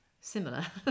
similar